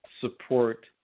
support